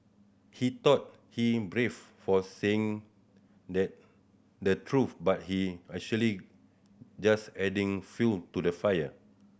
he thought he brave for saying that the truth but he actually just adding fuel to the fire